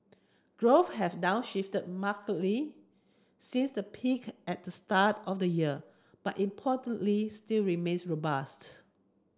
growth has downshifted markedly since the peak at the start of the year but importantly still remains robust